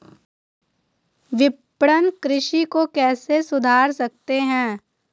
विपणन कृषि को कैसे सुधार सकते हैं?